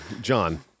John